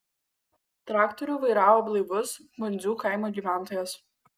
traktorių vairavo blaivus bundzų kaimo gyventojas